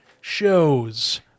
shows